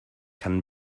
can